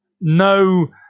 no